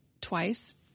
twice